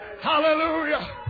Hallelujah